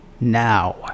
Now